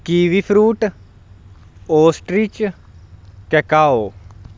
kiwifruit ostrich cacao